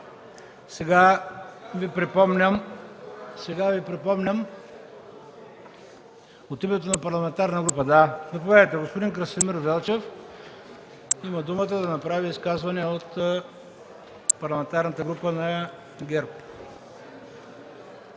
реплики от ГЕРБ.) От името на парламентарна група? Да, заповядайте. Господин Красимир Велчев има думата да направи изказване от Парламентарната група на ГЕРБ.